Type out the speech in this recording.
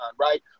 right